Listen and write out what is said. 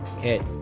Hit